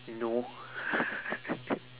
no